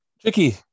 Tricky